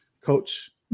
coach